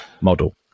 model